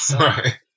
right